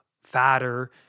fatter